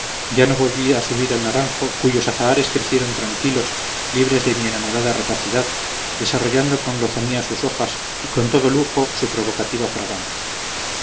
ya no volví a subir al naranjo cuyos azahares crecieron tranquilos libres de mi enamorada rapacidad desarrollando con lozanía sus hojas y con todo lujo su provocativa fragancia